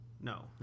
No